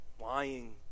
lying